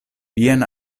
vian